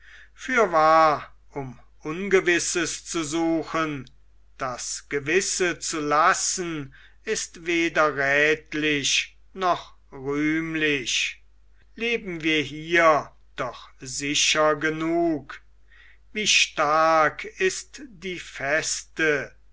fürwahr um ungewisses zu suchen das gewisse zu lassen ist weder rätlich noch rühmlich leben wir hier doch sicher genug wie stark ist die feste